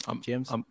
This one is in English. James